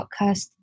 podcast